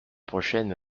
prochaine